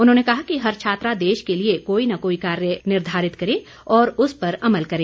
उन्होंने कहा कि हर छात्रा देश के लिए कोई न कोई कार्य देश के लिए निर्धारित करे और उस पर अमल करे